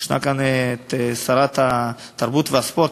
ישנה כאן שרת התרבות והספורט,